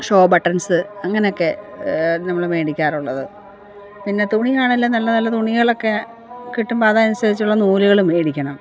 show buttons അങ്ങനെ ഒക്കെ നമ്മള് മേടിക്കാറുള്ളത് പിന്നെ തുണിയാണെലും നല്ല നല്ല തുണികളൊക്കെ കിട്ടുമ്പോൾ അതിന് അനുസരിച്ചുള്ള നൂലുകള് മേടിക്കണം